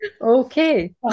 okay